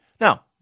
Now